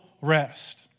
rest